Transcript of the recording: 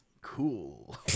cool